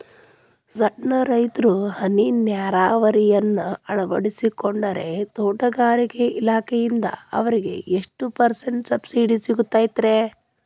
ಸಣ್ಣ ರೈತರು ಹನಿ ನೇರಾವರಿಯನ್ನ ಅಳವಡಿಸಿಕೊಂಡರೆ ತೋಟಗಾರಿಕೆ ಇಲಾಖೆಯಿಂದ ಅವರಿಗೆ ಎಷ್ಟು ಪರ್ಸೆಂಟ್ ಸಬ್ಸಿಡಿ ಸಿಗುತ್ತೈತರೇ?